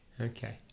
Okay